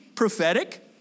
Prophetic